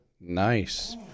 Nice